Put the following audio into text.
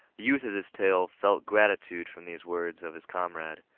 the youth of this tale felt gratitude for these words of his comrade.